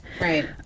Right